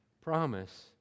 promise